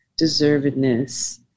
deservedness